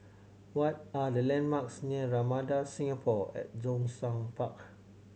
what are the landmarks near Ramada Singapore at Zhongshan Park